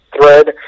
Thread